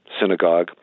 synagogue